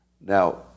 Now